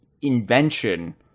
invention